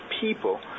people